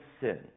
sin